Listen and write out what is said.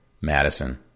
Madison